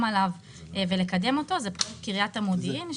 עליו ולקדם אותו זה פרויקט קריית המודיעין,